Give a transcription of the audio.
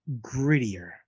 grittier